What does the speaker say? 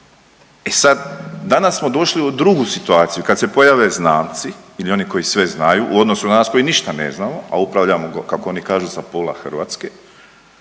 E sad danas smo došli u drugu situaciju kad se pojave znalci ili oni koji sve znaju u odnosu na nas koji ništa ne znamo, a upravljamo kako oni kažu sa pola Hrvatske,